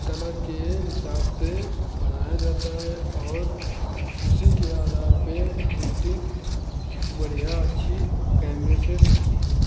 colour के हिसाब से बनाया जाता है और उसी के आधार पे प्रिंटिंग बढ़िया अच्छी कैमरे से होती है